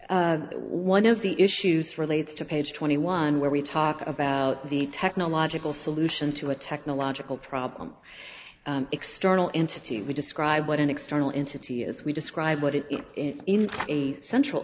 t one of the issues relates to page twenty one where we talk about the technological solution to a technological problem external entity we describe what an external entity is we describe what it is in a central